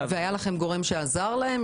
היה לכם גורם שעזר להם?